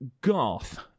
Garth